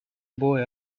boy